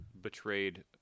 betrayed